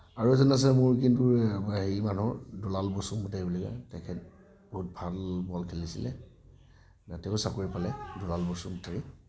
আৰু এজন আছে মোৰ কিন্তু হেৰি মানুহ দুলাল বসুমতাৰী বুলি কয় তেখেত বহুত ভাল বল খেলিছিলে তেৱোঁ চাকৰি পালে দুলাল বসুমতাৰী